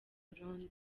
burundi